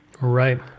Right